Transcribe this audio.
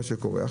מה שקורה.